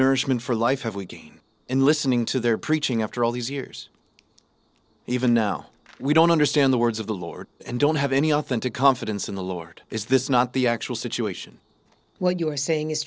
nourishment for life have we gain in listening to their preaching after all these years even now we don't understand the words of the lord and don't have any authentic confidence in the lord is this not the actual situation well you are saying is